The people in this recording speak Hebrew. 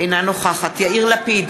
אינה נוכחת יאיר לפיד,